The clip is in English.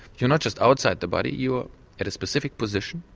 you're not just outside the body, you're at a specific position,